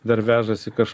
dar vežasi kaž